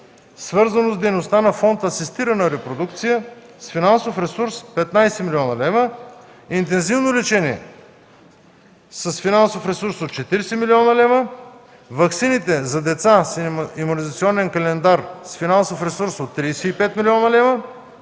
свързано с дейността на фонд „Асистирана репродукция” с финансов ресурс 15 млн. лв., интензивно лечение с финансов ресурс от 40 млн. лв., ваксините за деца с имунизационен календар – финансов ресурс 35 млн. лв.,